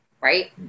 Right